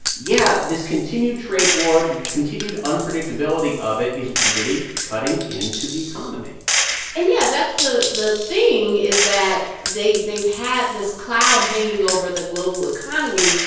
yeah, this continued trade war, the continued unpredictability of it is really cutting into the economy and yeah, that's the the thing is that they've had this cloud hanging over the global economy,